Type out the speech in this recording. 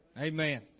Amen